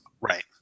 Right